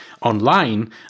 online